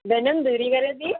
धनं दूरीकरोति